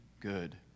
good